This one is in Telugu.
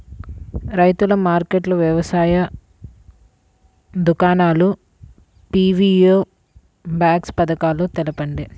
రైతుల మార్కెట్లు, వ్యవసాయ దుకాణాలు, పీ.వీ.ఓ బాక్స్ పథకాలు తెలుపండి?